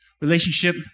relationship